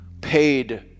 paid